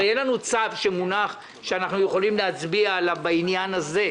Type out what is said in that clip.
הרי אין לנו צו שמונח שאנחנו יכולים להצביע עליו בעניין הזה.